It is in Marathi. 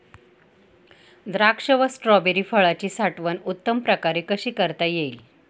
द्राक्ष व स्ट्रॉबेरी फळाची साठवण उत्तम प्रकारे कशी करता येईल?